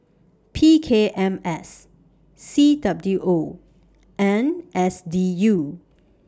P K M S C W O and S D U